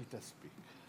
היא תספיק.